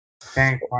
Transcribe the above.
Thank